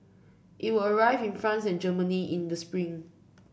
it will arrive in France and Germany in the spring